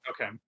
Okay